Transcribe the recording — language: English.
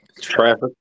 Traffic